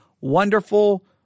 wonderful